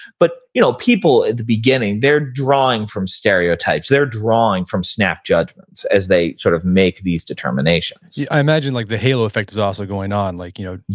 but you know, people at the beginning, they're drawing from stereotypes. they're drawing from snap judgments as they sort of make these determinations i imagine like the halo effect is also going on like, you know,